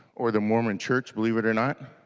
or the mormon church believe it or not